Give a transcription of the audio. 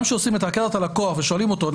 גם כשעושים הכר את הלקוח ושואלים אותו,